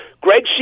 Greg